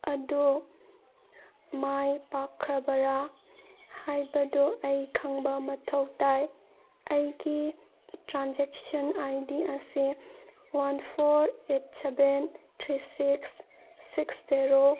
ꯑꯗꯨ ꯃꯥꯏ ꯄꯥꯛꯈ꯭ꯔꯕꯔꯥ ꯍꯥꯏꯕꯗꯨ ꯑꯩ ꯈꯪꯕ ꯃꯊꯧ ꯇꯥꯏ ꯑꯩꯒꯤ ꯇ꯭ꯔꯥꯟꯖꯦꯛꯁꯟ ꯑꯥꯏ ꯗꯤ ꯑꯁꯤ one four eight seven three six six zero